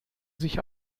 sich